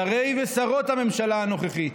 שרי ושרות הממשלה הנוכחית,